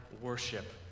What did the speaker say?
worship